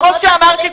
כמו שאמרת,